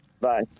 Bye